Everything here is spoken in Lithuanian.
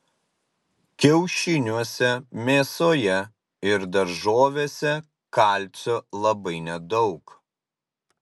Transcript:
kiaušiniuose mėsoje ir daržovėse kalcio labai nedaug